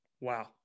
Wow